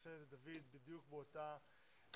שתעשה את זה בדיוק באותה נחישות,